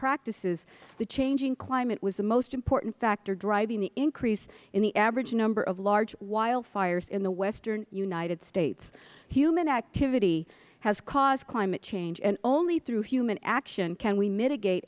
practices the changing climate was the most important factor driving the increase in the average number of large wildfires in the western united states human activity has caused climate change and only through human action can we mitigate